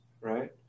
right